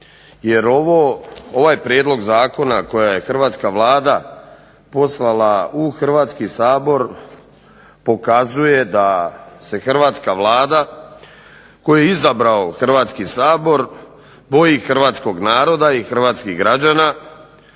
Jer ovaj Prijedlog zakona koji je Hrvatska vlada poslala u Hrvatski sabor pokazuje da se Hrvatska vlada koju je izabrao Hrvatski sabor boji Hrvatskog naroda i Hrvatskih građana,